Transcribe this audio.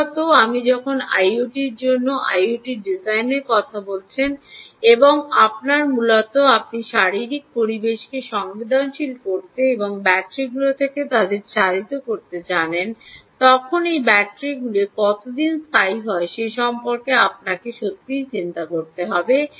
মূলত আপনি যখন আইওটিগুলির জন্য আইওটি ডিজাইনের কথা বলছেন এবং আপনার মূলত আপনি শারীরিক পরিবেশকে সংবেদনশীল করতে এবং ব্যাটারিগুলি থেকে তাদের চালিত করতে জানেন তখন এই ব্যাটারিগুলি কত দিন স্থায়ী হয় সে সম্পর্কে আপনাকে সত্যিই চিন্তা করতে হবে